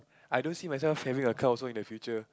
I don't see myself having a car also in the future